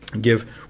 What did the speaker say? Give